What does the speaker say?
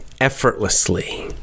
Effortlessly